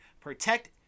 protect